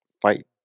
fight